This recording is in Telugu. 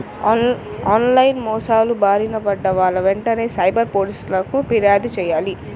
ఆన్ లైన్ మోసాల బారిన పడ్డ వాళ్ళు వెంటనే సైబర్ పోలీసులకు పిర్యాదు చెయ్యాలి